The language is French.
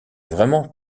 vraiment